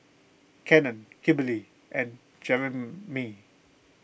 Cannon Kimberly and Jeremey